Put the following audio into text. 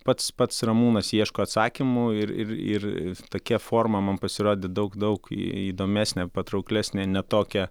pats pats ramūnas ieško atsakymo ir ir ir tokia forma man pasirodė daug daug įdomesnė patrauklesnė ne tokia